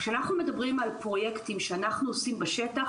כשאנחנו מדברים על פרויקטים שאנחנו עושים בשטח,